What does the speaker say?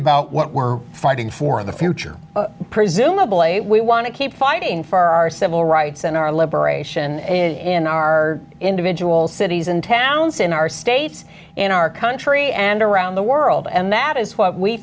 about what we're fighting for in the future presumably we want to keep fighting for our civil rights and our liberation in our individual cities and towns in our states in our country and around the world and that is what we